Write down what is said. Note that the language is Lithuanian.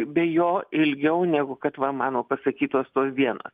be jo ilgiau negu kad va mano pasakytos tos dienos